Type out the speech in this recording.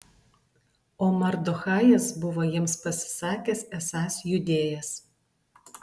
o mardochajas buvo jiems pasisakęs esąs judėjas